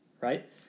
Right